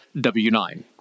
W-9